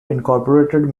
incorporated